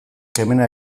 kemena